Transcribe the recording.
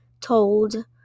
told